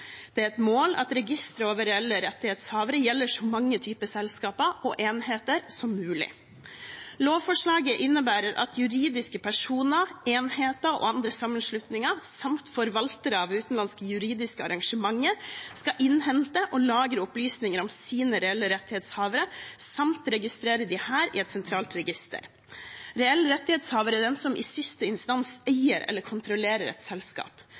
Det er et mål at registeret over reelle rettighetshavere gjelder så mange typer selskaper og enheter som mulig. Lovforslaget innebærer at juridiske personer, enheter og andre sammenslutninger samt forvaltere av utenlandske juridiske arrangementer skal innhente og lagre opplysninger om sine reelle rettighetshavere samt registrere disse i et sentralt register. Reell rettighetshaver er den som i siste instans eier eller kontrollerer et selskap.